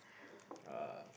uh